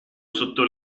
sotto